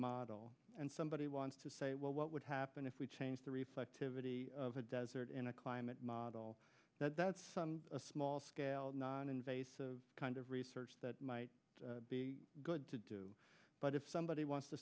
model and somebody wants to say well what would happen if we change the respective a d of a desert in a climate model that's a small scale noninvasive kind of research that might be good to do but if somebody wants to